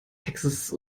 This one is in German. textes